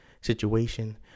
situation